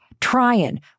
trying